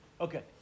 Okay